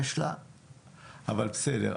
אבל בסדר,